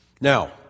Now